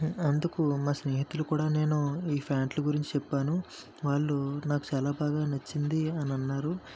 అందుకు మా స్నేహితులు కూడా నేను ఈ ప్యాంట్ల గురించి చెప్పాను వాళ్ళు నాకు చాలా బాగా నచ్చింది అని అన్నారు